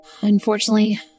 Unfortunately